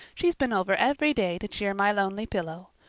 she's been over every day to cheer my lonely pillow.